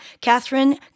Catherine